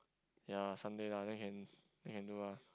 ya Sunday lah then can then can do ah